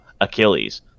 Achilles